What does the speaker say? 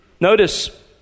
Notice